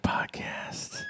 Podcast